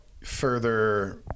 further